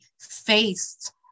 faced